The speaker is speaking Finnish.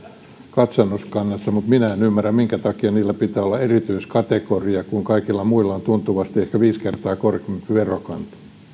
katsantokannassa mutta minä en ymmärrä minkä takia niillä pitää olla erityiskategoria kun kaikilla muilla on tuntuvasti ehkä viisi kertaa korkeampi verokanta